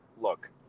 look